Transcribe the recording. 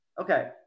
Okay